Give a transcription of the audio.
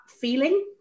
feeling